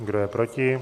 Kdo je proti?